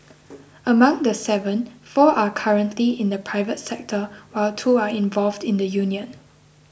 among the seven four are currently in the private sector while two are involved in the union